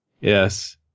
Yes